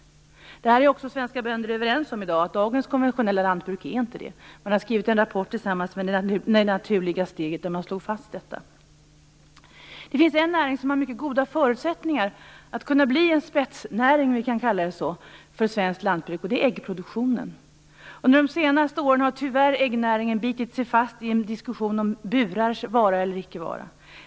Svenska bönder är i dag överens om att dagens konventionella lantbruk inte är långsiktigt hållbart. Man har skrivit en rapport tillsammans med Det naturliga steget där detta faktum slogs fast. Det finns en näring som har mycket goda förutsättningar att kunna bli en "spetsnäring" för svenskt lantbruk, och det är äggproduktionen. Under de senaste åren har äggnäringen tyvärr bitit sig fast i en diskussion om burars vara eller icke vara.